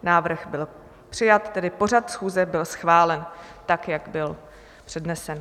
Návrh byl přijat, tedy pořad schůze byl schválen tak, jak byl přednesen.